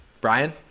Brian